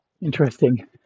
interesting